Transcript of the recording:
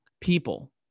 people